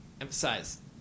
emphasize